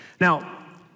Now